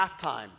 halftime